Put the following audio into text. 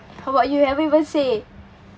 how about you haven't even say